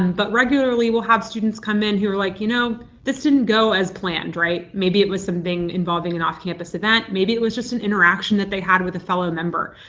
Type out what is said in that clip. and but regularly we'll have students come in who are like, you know this didn't go as planned. right, maybe it was something involving an off-campus event, maybe it was just an interaction that they had with a fellow member,